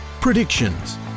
predictions